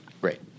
Great